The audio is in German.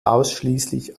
ausschließlich